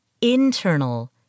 internal